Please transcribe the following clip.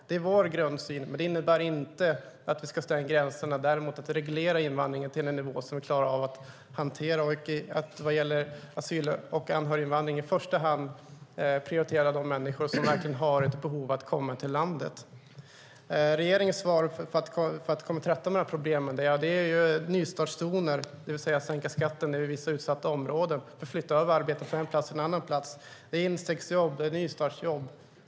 Det är vår grundsyn. Det innebär inte att vi ska stänga gränserna. Däremot ska vi reglera invandringen till en nivå som vi klarar att hantera och vad gäller asyl och anhöriginvandring prioritera de människor som verkligen har ett behov av att komma till landet. Regeringens svar för att komma till rätta med dessa problem är nystartszoner, det vill säga att sänka skatten i vissa utsatta områden för att flytta arbeten från en plats till en annan plats. Det är instegsjobb och nystartsjobb.